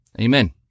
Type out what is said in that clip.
Amen